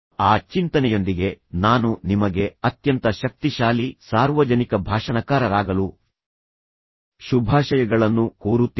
ಆ ಚಿಂತನೆಯೊಂದಿಗೆ ನಾನು ನಿಮಗೆ ಅತ್ಯಂತ ಶಕ್ತಿಶಾಲಿ ಸಾರ್ವಜನಿಕ ಭಾಷಣಕಾರರಾಗಲು ಶುಭಾಶಯಗಳನ್ನು ಕೋರುತ್ತೇನೆ